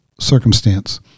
circumstance